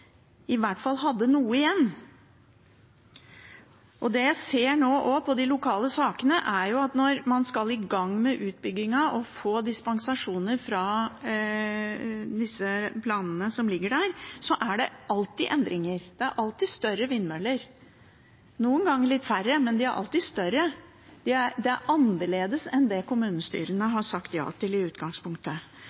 i hvert fall hadde noe igjen. Det jeg ser i de lokale sakene, er at når man skal i gang med utbyggingen og få dispensasjoner fra de planene som ligger der, er det alltid endringer. Det er alltid større vindmøller – noen ganger litt færre, men de er alltid større. Det er annerledes enn det kommunestyrene har sagt ja til i utgangspunktet,